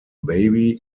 baby